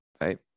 right